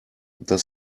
das